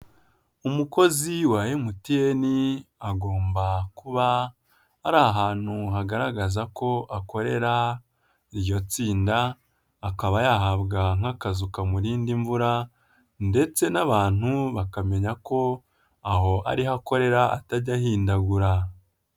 Umukozi wa MTN agomba kuba ari ahantu hagaragaza ko akorera iryo tsinda akaba yahabwa nk'akazu kamurinda imvura ndetse n'abantu bakamenya ko aho ariho akorera atajya ahindagura.